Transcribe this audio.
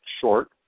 short